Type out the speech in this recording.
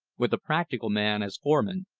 with a practical man as foreman,